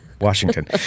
Washington